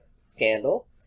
scandal